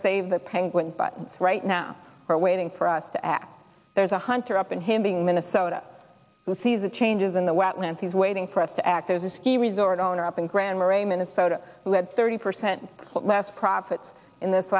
save the penguin but right now we're waiting for us to act there's a hunter up in him being minnesota who sees the changes in the wetlands he's waiting for us to act as a ski resort owner up in grammar a minnesota lead thirty percent less profit in this